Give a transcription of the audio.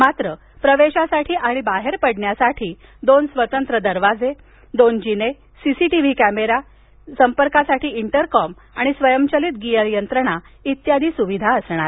मात्र प्रवेशासाठी आणि बाहेर पडण्यासाठी दोन स्वतंत्र दरवाजे दोन जिने सीसीटीव्ही कॅमेरे संपर्कासाठी इंटरकॉम आणि स्वयंचलित गिअर यंत्रणा इत्यादी सुविधा असणार आहेत